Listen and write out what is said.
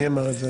מי אמר את זה?